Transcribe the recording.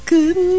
Good